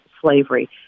slavery